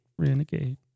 Renegade